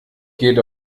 geht